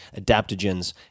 adaptogens